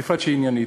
בפרט שהיא עניינית.